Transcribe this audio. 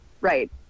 Right